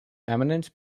eminence